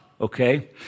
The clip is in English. Okay